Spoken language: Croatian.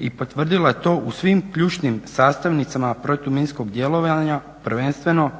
i potvrdila je to u svim ključnim sastavnicama protuminskog djelovanja prvenstveno